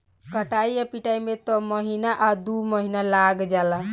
कटाई आ पिटाई में त महीना आ दु महीना लाग जाला